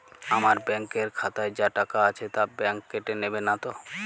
আমার ব্যাঙ্ক এর খাতায় যা টাকা আছে তা বাংক কেটে নেবে নাতো?